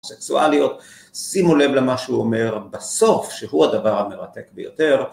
סקסואליות, שימו לב למה שהוא אומר בסוף שהוא הדבר המרתק ביותר